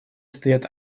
стоят